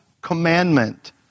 commandment